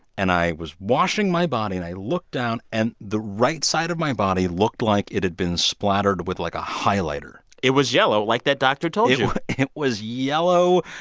and i was washing my body. and i looked down and the right side of my body looked like it had been splattered with, like, a highlighter it was yellow like that doctor told you it was yellow.